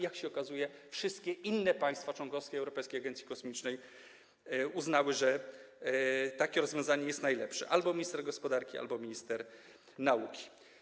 Jak się okazuje, wszystkie inne państwa członkowskie Europejskiej Agencji Kosmicznej uznały, że takie rozwiązanie jest najlepsze - albo minister gospodarki, albo minister nauki.